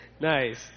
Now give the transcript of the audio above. Nice